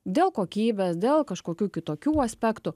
dėl kokybės dėl kažkokių kitokių aspektų